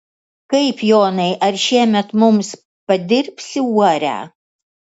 kaip jonai ar šiemet mums padirbsi uorę